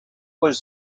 was